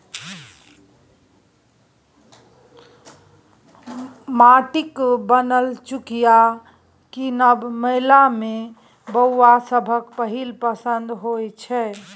माटिक बनल चुकिया कीनब मेला मे बौआ सभक पहिल पसंद होइ छै